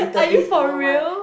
are you for real